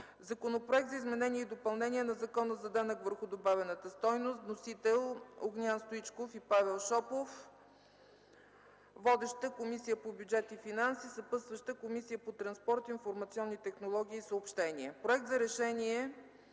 Законопроект за изменение и допълнение на Закона за данък върху добавената стойност. Вносители – народните представители Огнян Стоичков и Павел Шопов. Водеща е Комисията по бюджет и финанси. Съпътстваща е Комисията по транспорт, информационни технологии и съобщения; - Проект за решение